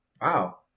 Wow